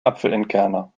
apfelentkerner